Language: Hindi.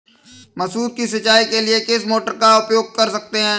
मसूर की सिंचाई के लिए किस मोटर का उपयोग कर सकते हैं?